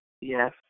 Yes